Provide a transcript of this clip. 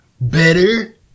Better